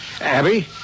Abby